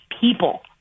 people